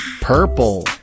Purple